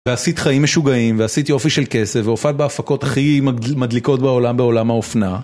ועשית חיים משוגעים, ועשית יופי של כסף, והופעת בהפקות הכי מדליקות בעולם, בעולם האופנה.